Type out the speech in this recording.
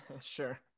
Sure